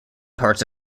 parts